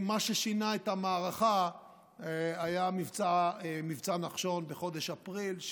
מה ששינה את המערכה היה מבצע נחשון בחודש אפריל,